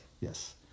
Yes